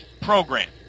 Program